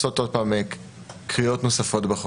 התקשוב שבעצם באמצעות ההסדרה הטכנית של ניהול הסיכונים,